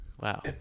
Wow